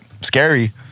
scary